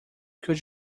could